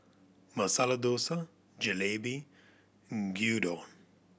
Masala Dosa Jalebi and Gyudon